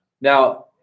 Now